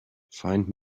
find